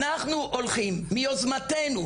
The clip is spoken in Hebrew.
אנחנו הולכים מיוזמתנו,